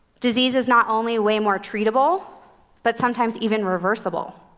disease is not only way more treatable but sometimes even reversible,